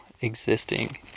existing